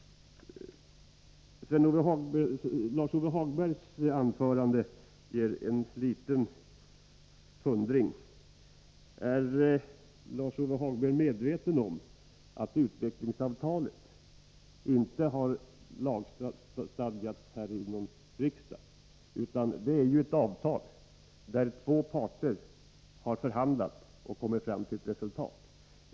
Lars-Ove Hagbergs anförande ger anledning till en liten fundering. Är Lars-Ove Hagberg medveten om att utvecklingsavtalet inte är någon lagstiftning som riksdagen fattat beslut om? Det är ett avtal som tillkommit genom att två parter har förhandlat och kommit fram till ett resultat.